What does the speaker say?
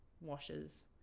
washes